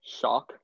shock